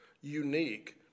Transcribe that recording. unique